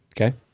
Okay